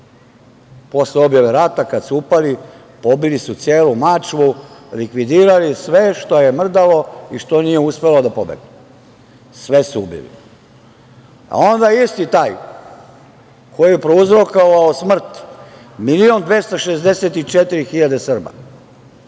Posle objave rata kada su upali, pobili su celu Mačvu, likvidirali sve što je mrdalo i što nije uspelo da pobegne, sve su ubili. Onda, isti taj koji je prouzrokovao smrt 1.264.000 Srba